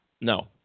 No